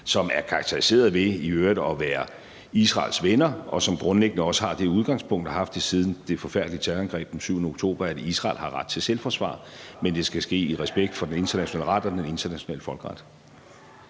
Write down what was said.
er karakteriseret ved at være Israels venner, og som grundlæggende også har det udgangspunkt og har haft det siden det forfærdelige terrorangreb den 7. oktober, at Israel har ret til selvforsvar, men at det skal ske i respekt for den internationale ret og den internationale folkeret.